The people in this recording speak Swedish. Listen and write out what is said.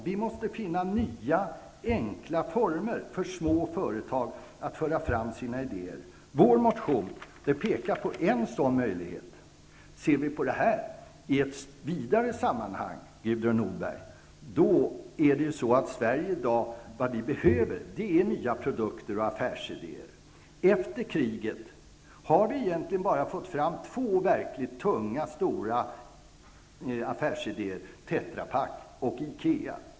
Vi måste finna nya enkla former för små företag att föra fram sina idéer. Det som tas upp i vår motion pekar på en sådan möjlighet. Om man ser det i ett vidare sammanhang, Gudrun Norberg, är det nya produkter och affärsidéer som Sverige behöver. Efter kriget har egentligen endast två verkligt stora affärsidéer kommit fram, nämligen Tetrapak och IKEA.